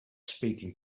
speaking